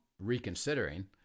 reconsidering